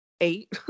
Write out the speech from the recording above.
eight